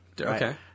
Okay